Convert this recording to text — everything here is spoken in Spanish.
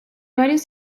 varios